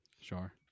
sure